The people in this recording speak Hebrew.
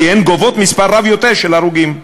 כי הן גובות מספר רב יותר של הרוגים.